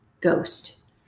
Ghost